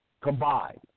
combined